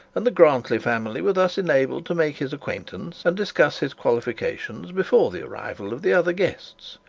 and the grantly family were thus enabled to make his acquaintance and discuss his qualifications before the arrival of the other guests.